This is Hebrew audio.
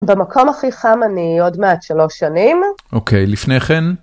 במקום הכי חם אני עוד מעט שלוש שנים. אוקיי, לפני כן.